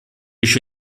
еще